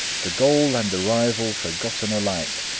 the goal and the rival forgotten alike,